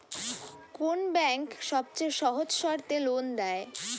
কোন ব্যাংক সবচেয়ে সহজ শর্তে লোন দেয়?